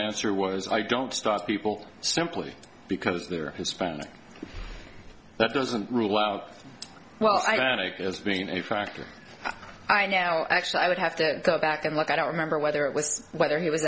answer was i don't start people simply because they are hispanic that doesn't rule out well as being a factor i now actually i would have to go back and look i don't remember whether it was whether he was